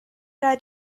are